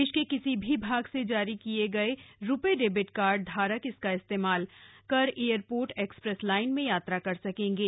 देश के किसी भी भाग से जारी किए गए रुपे डेबिट कार्ड धारक इसका इस्तेमाल कर एयरपोर्ट एक्सप्रेस लाइन में यात्रा कर सकेंगे